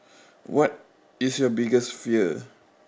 what is your biggest fear